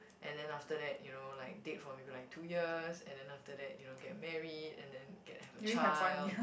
and then after that you know like date for maybe like two years and then after that you know get married and then get have a child